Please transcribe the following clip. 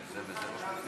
אדוני היושב-ראש,